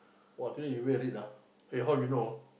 !wah! today you wear red ah eh how you know